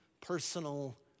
personal